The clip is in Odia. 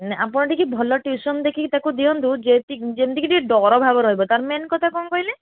ନା ଆପଣ ଟିକେ ଭଲ ଟିଉସନ୍ ଦେଖିକି ତାକୁ ଦିଅନ୍ତୁ ଯେମିତି କି ଟିକିଏ ଡର ଭାବ ରହିବ ତା'ର ମେନ୍ କଥା କ'ଣ କହିଲେ